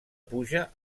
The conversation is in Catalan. puja